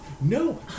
no